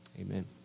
Amen